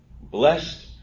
Blessed